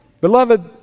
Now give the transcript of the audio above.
Beloved